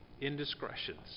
indiscretions